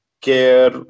care